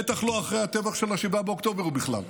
בטח לא אחרי הטבח של 7 באוקטובר, ובכלל.